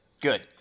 good